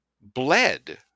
bled